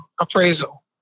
appraisal